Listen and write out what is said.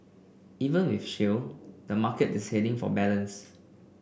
even with shale the market is heading for balance